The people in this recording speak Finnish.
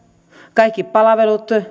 kaikki palvelut